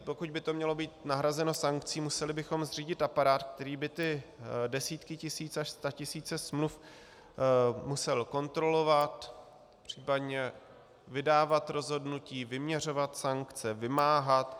Pokud by to mělo být nahrazeno sankcí, museli bychom zřídit aparát, který by desítky tisíc až statisíce smluv musel kontrolovat, případně vydávat rozhodnutí, vyměřovat sankce, vymáhat.